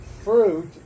fruit